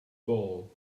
ball